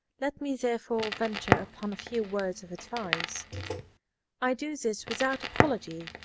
let me, therefore, venture upon a few words of advice. i do this without apology,